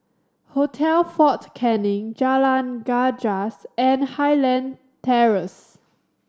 Hotel Fort Canning Jalan Gajus and Highland Terrace